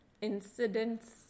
incidents